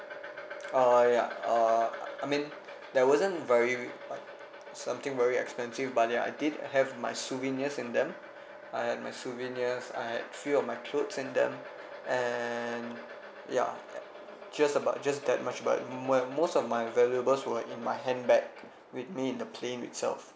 uh ya uh I mean there wasn't very uh something very expensive but ya I did have my souvenirs in them I had my souvenirs I had few of my clothes in them and ya just about just that much but mo~ most of my valuable were in my handbag with me in the plane itself